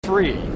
Three